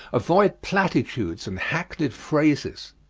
avoid platitudes and hackneyed phrases.